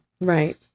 Right